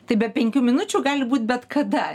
tai be penkių minučių gali būti bet kada